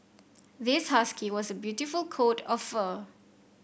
this husky was a beautiful coat of fur